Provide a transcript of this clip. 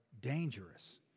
dangerous